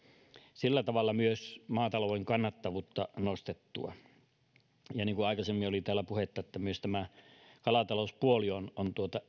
sillä tavalla myös maatalouden kannattavuutta nostettua niin kuin aikaisemmin oli täällä puhetta myös kalatalouspuoli on on